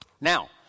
now